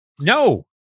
No